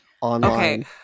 online